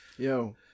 Yo